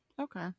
Okay